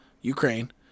Ukraine